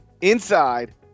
inside